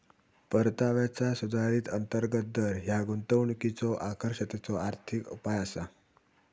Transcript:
परताव्याचा सुधारित अंतर्गत दर ह्या गुंतवणुकीच्यो आकर्षकतेचो आर्थिक उपाय असा